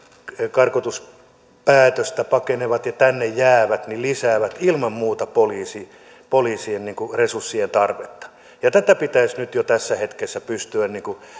karkotuspäätöstä pakenevat ja tänne jäävät lisäävät ilman muuta poliisien resurssien tarvetta tätä pitäisi nyt jo tässä hetkessä pystyä